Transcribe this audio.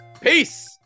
Peace